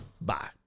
bye